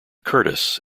curtis